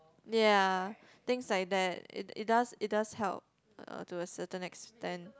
ya things like that it it does it does help uh to a certain extent